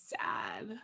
sad